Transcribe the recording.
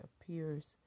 appears